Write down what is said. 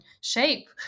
shape